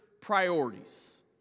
priorities